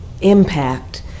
impact